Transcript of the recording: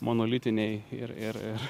monolitiniai ir ir ir